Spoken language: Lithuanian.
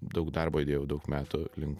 daug darbo įdėjau daug metų link